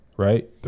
Right